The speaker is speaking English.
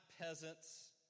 peasants